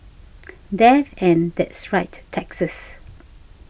death and that's right taxes